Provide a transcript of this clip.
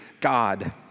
God